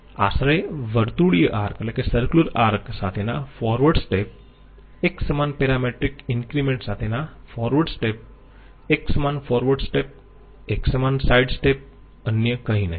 આશરે વર્તુળીય આર્ક સાથેના ફોરવર્ડ સ્ટેપ એક સમાન પેરામેટ્રિક ઈન્ક્રીમેન્ટ સાથેનાં forward સ્ટેપ એક સમાન ફોરવર્ડ સ્ટેપ એક સમાન સાઈડ સ્ટેપ અન્ય કંઈ નહીં